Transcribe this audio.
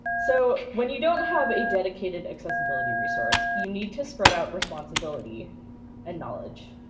so when you don't have a dedicated accessibility resource, you need to spread out responsibility and knowledge.